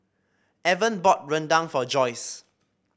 Evan bought rendang for Joyce